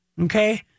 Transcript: Okay